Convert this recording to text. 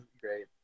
great